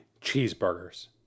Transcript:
cheeseburgers